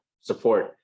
support